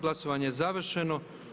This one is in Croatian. Glasovanje je završeno.